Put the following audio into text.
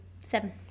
Seven